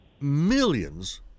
millions